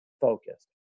focused